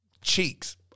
cheeks